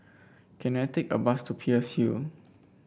can I take a bus to Peirce Hill